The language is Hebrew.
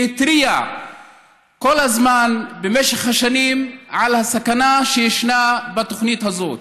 והתריע כל הזמן במשך השנים על הסכנה שישנה בתוכנית הזאת.